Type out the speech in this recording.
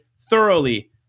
thoroughly